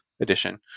Edition